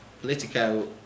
politico